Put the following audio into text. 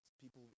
people